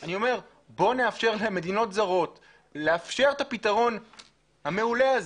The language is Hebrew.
אני אומר בואו נאפשר למדינות זרות לאפשר את הפתרון המעולה הזה,